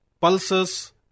pulses